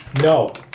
No